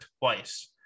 twice